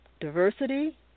Diversity